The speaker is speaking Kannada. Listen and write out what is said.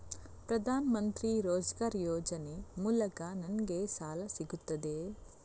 ಪ್ರದಾನ್ ಮಂತ್ರಿ ರೋಜ್ಗರ್ ಯೋಜನೆ ಮೂಲಕ ನನ್ಗೆ ಸಾಲ ಸಿಗುತ್ತದೆಯೇ?